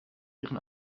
ihren